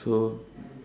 so